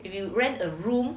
if you rent a room